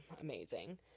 amazing